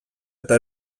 eta